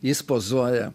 jis pozuoja